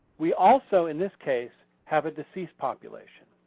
we also in this case have a deceased population.